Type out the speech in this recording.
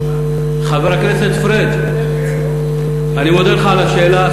חבר הכנסת פריג', אני מודה לך על השאלה.